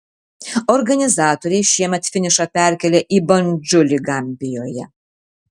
organizatoriai šiemet finišą perkėlė į bandžulį gambijoje